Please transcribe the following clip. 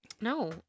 No